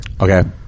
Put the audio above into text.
Okay